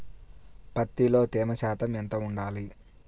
పత్తిలో తేమ శాతం ఎంత ఉండాలి?